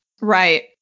Right